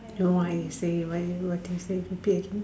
no I say what did you say repeat again